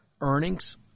earnings